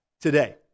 today